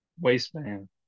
waistband